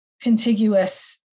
contiguous